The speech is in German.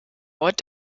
ort